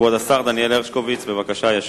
כבוד השר דניאל הרשקוביץ ישיב,